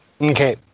Okay